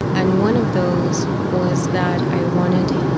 and one of those was that i wanted